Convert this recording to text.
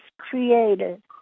created